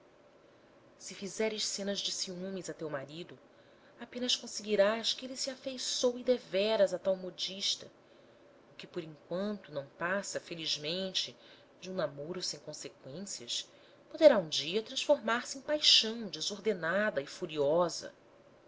se fizeres cenas de ciúmes a teu marido apenas conseguirás que ele se afeiçoe deveras à tal modista o que por enquanto não passa felizmente de um namoro sem conseqüências poderá um dia transformar-se em paixão desordenada e furiosa